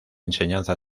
enseñanza